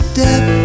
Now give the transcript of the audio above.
death